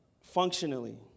functionally